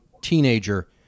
teenager